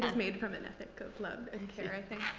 and made from an ethic of love and care, i think.